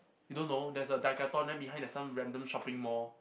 you don't know there's a Decathlon then behind there's some random shopping mall